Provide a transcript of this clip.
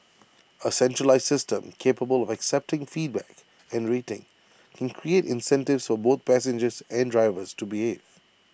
A centralised system capable of accepting feedback and rating can create incentives for both passengers and drivers to behave